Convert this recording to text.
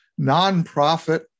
nonprofit